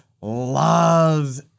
loves